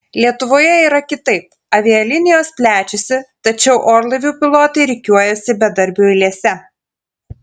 lietuvoje yra kitaip avialinijos plečiasi tačiau orlaivių pilotai rikiuojasi bedarbių eilėse